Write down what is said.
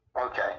Okay